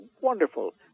wonderful